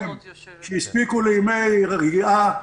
שהספיקו לימי רגיעה,